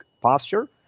posture